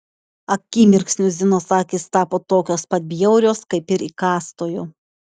akimirksniu zinos akys tapo tokios pat bjaurios kaip ir įkąstojo